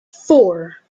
four